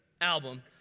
album